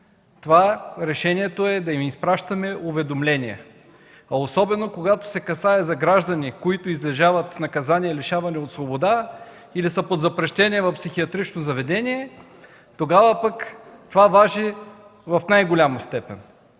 решението е да им изпращаме уведомления. Особено, когато се касае за граждани, които излежават наказание „лишаване от свобода” или са под запрещение в психиатрично заведение, това важи в най-голяма степен.